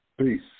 Peace